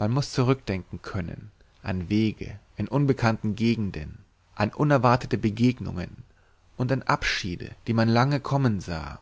man muß zurückdenken können an wege in unbekannten gegenden an unerwartete begegnungen und an abschiede die man lange kommen sah